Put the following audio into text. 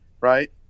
right